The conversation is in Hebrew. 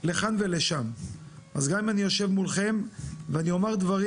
אז גם אם אני יושב מולכם ואני אומר דברים